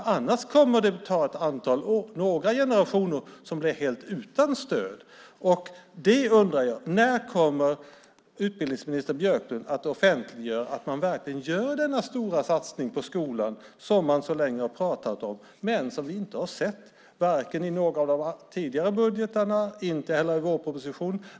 Annars kommer det att bli några generationer som blir helt utan stöd. När kommer utbildningsminister Björklund att offentliggöra att denna stora satsning på skolan verkligen görs? Man har ju pratat om den så länge, men vi har inte sett den vare sig i någon av de tidigare budgetarna eller i vårpropositionen.